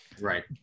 Right